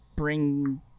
bring